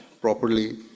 properly